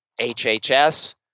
HHS